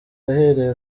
ahereye